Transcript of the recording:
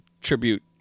tribute